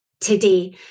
today